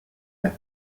las